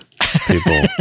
people